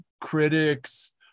critics